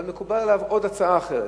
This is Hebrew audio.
אבל מקובלת עליו גם הצעה אחרת.